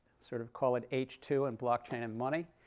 sort of call it h two in blockchain and money.